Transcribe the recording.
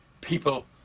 people